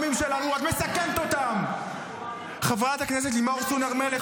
עודדת אנשים לפרוע בבסיסים, לפרוץ בסיסים של צה"ל.